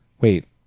Wait